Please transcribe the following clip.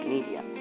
Media